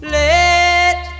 let